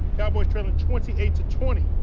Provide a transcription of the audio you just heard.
cowboys trail and twenty eight twenty.